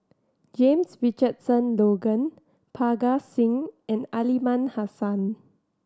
James Richardson Logan Parga Singh and Aliman Hassan